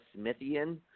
Smithian